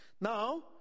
Now